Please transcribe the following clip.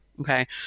Okay